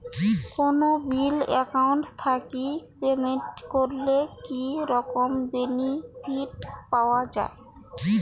কোনো bill account থাকি payment করলে কি রকম বেনিফিট পাওয়া য়ায়?